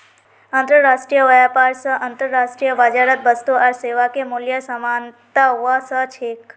अंतर्राष्ट्रीय व्यापार स अंतर्राष्ट्रीय बाजारत वस्तु आर सेवाके मूल्यत समानता व स छेक